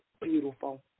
beautiful